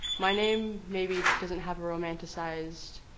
my name, maybe, doesn't have a romanticized,